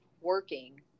working